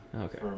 Okay